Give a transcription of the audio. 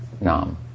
Nam